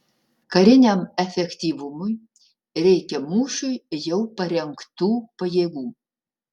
kariniam efektyvumui reikia mūšiui jau parengtų pajėgų